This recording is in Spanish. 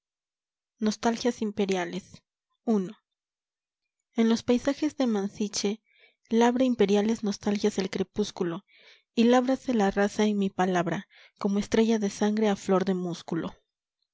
catedral nostalgias imperiale en los paisajes de mansiche labra imperiales nostalgias el crepúsculo y lábrase la raza en mi palabra como estrella de sangre a flor de músculo